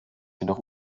jedoch